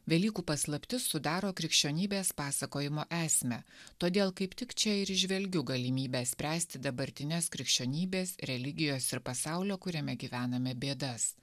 velykų paslaptis sudaro krikščionybės pasakojimo esmę todėl kaip tik čia ir įžvelgiu galimybę spręsti dabartines krikščionybės religijos ir pasaulio kuriame gyvename bėdas